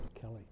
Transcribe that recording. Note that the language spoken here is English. Kelly